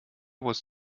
was